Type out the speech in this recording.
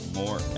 more